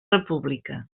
república